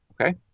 Okay